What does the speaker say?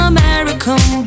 American